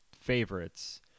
favorites